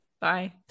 bye